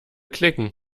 klicken